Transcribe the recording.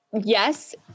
Yes